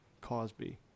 Cosby